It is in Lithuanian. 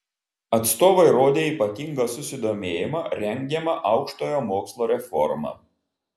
atstovai rodė ypatingą susidomėjimą rengiama aukštojo mokslo reforma